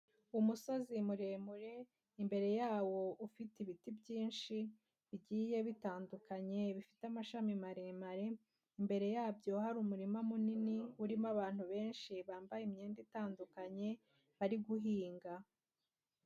Umusozi muremure imbere yawo ufite ibiti byinshi bigiye bitandukanye bifite amashami maremare, imbere yabyo hari umurima munini urimo abantu benshi bambaye imyenda itandukanye bari guhinga.